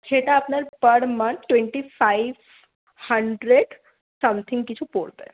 সেটা আপনার per month twenty five hundred something কিছু পড়বে